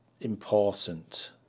important